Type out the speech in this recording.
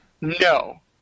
No